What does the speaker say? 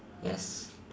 yes